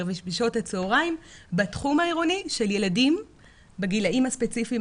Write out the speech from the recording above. ובשעות הצהריים בתחום העירוני של ילדים בגילאים הספציפיים